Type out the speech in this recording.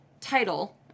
title